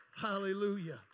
Hallelujah